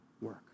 work